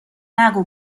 نگو